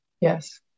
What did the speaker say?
Yes